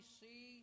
see